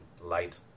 light